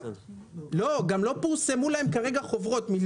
גם לא פורסמו להן כרגע חוברות.